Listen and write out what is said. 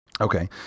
Okay